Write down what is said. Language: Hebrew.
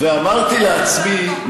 ואמרתי לעצמי,